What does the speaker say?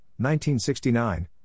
1969